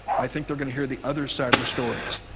i think they're going to hear the other side of the stories.